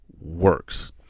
works